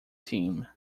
team